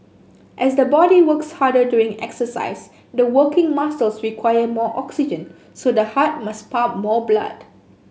as the body works harder during exercise the working muscles require more oxygen so the heart must pump more blood